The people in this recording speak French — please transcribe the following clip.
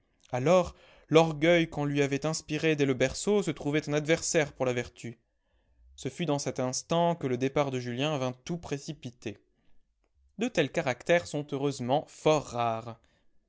alors l'orgueil qu'on lui avait inspiré dès le berceau se trouvait un adversaire pour la vertu ce fut dans cet instant que le départ de julien vint tout précipiter de tels caractères sont heureusement fort rares le soir fort tard